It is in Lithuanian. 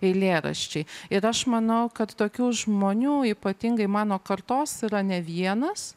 eilėraščiai ir aš manau kad tokių žmonių ypatingai mano kartos yra ne vienas